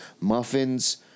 muffins